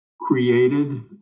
created